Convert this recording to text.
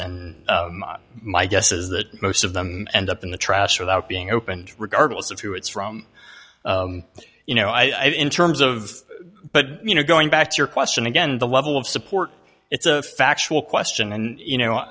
and my guess is that most of them end up in the trash without being opened regardless of who it's from you know i mean in terms of but you know going back to your question again the level of support it's a factual question and you know